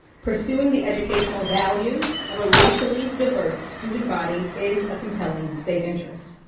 pursuing the educational value of a racially diverse student body is a compelling state interest.